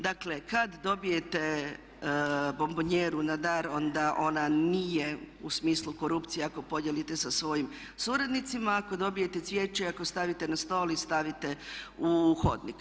Dakle, kad dobijete bombonijeru na dar onda ona nije u smislu korupcije ako podijelite sa svojim suradnicima a ako dobijete cvijeće i ako stavite na stol i stavite u hodnik.